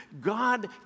God